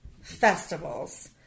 festivals